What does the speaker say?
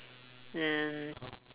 then